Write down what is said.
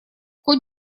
кот